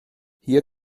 hier